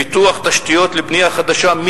פיתוח תשתיות לבנייה חדשה,